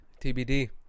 TBD